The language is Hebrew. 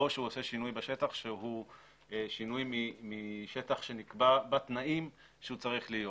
או שהוא עושה שינוי בשטח שהוא שינוי משטח בתנאים שהוא צריך להיות.